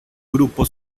grupo